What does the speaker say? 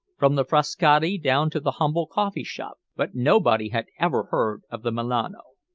from the frascati down to the humble coffeeshop, but nobody had ever heard of the milano.